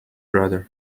brother